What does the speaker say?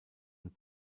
und